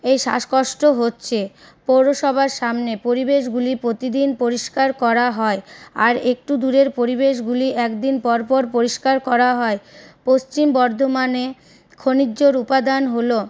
এই শ্বাসকষ্ট হচ্ছে পৌরসভার সামনে পরিবেশগুলি প্রতিদিন পরিষ্কার করা হয় আর একটু দূরের পরিবেশগুলি একদিন পর পর পরিষ্কার করা হয় পশ্চিম বর্ধমানে খনিজের উপাদান হল